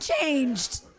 changed